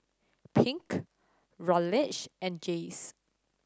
Pink Raleigh and Jace